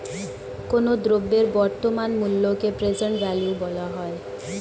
কোনো দ্রব্যের বর্তমান মূল্যকে প্রেজেন্ট ভ্যালু বলা হয়